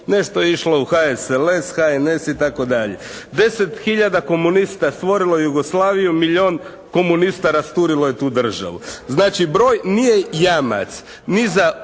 nešto je išlo u HSLS, HNS itd. 10 hiljada komunista stvorilo je Jugoslaviju, milijun komunista rasturilo je tu državu. Znači, broj nije jamac ni za uspjeh